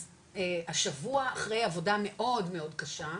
אז השבוע, אחרי עבודה מאוד מאוד קשה,